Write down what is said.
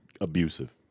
abusive